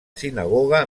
sinagoga